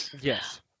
Yes